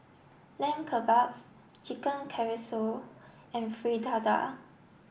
Lamb Kebabs Chicken Casserole and Fritada